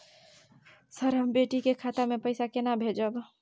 Sir, हम बेटी के खाता मे पैसा केना भेजब?